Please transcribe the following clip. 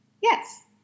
Yes